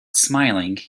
smiling